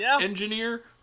engineer